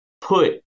put